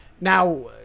Now